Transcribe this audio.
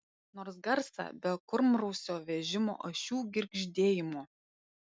nors garsą be kurmrausio vežimo ašių girgždėjimo